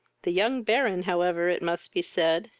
the young baron however, it must be said,